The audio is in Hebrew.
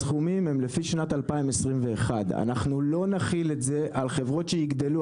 הסכומים הם לפי שנת 2021. אנחנו לא נחיל את זה על חברות שיגדלו.